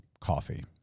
coffee